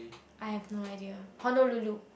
I have no idea Honolulu